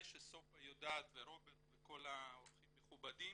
שסופה ורוברט יודעים וגם האורחים המכובדים,